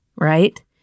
right